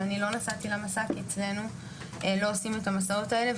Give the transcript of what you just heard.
ואני לא נסעתי למסע כי אצלנו לא עושים את המסעות האלה.